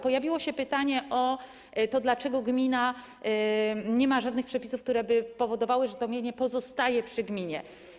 Pojawiło się pytanie o to, dlaczego gmina nie ma żadnych przepisów, które by powodowały, że to mienie pozostaje przy gminie.